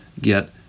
get